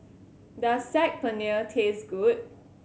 does Saag Paneer taste good